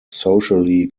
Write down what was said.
socially